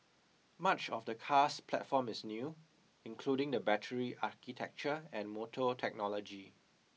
much of the car's platform is new including the battery architecture and motor technology